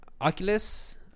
Oculus